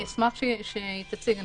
אני אשמח שהיא תציג.